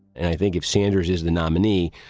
and i think if sanders is the nominee,